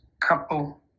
couple